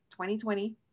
2020